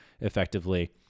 effectively